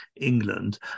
England